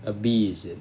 a bee is it